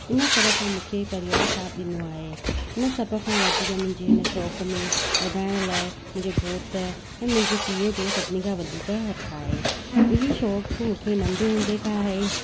इन तरह सां मूंखे परिवारु साथ ॾिञो आए हिन सभ खां वधीक मुं्जेहिं हिन शौक़ में वधाइण लाइ मुंहिंजे घोटु ऐं मुंहिंजे पीउ जो सबनी खां वधीक हथ आहे हीउ शौक़ु मूंखे नंढे हूंदे खां आहे